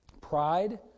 pride